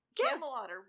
Camelot